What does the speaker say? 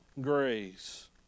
grace